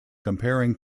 comparing